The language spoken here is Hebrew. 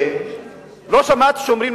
ולא שמעתי שאומרים,